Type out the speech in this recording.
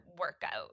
workout